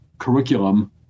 curriculum